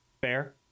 Fair